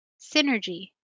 Synergy